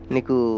Niku